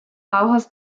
bauhaus